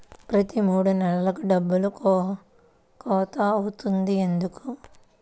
ప్రతి మూడు నెలలకు డబ్బులు కోత అవుతుంది ఎందుకు?